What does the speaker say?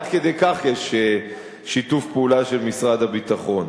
עד כדי כך יש שיתוף פעולה של משרד הביטחון.